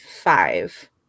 five